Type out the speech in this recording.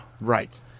Right